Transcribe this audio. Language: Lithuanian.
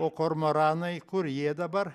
o kormoranai kur jie dabar